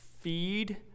feed